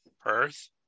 Perth